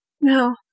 no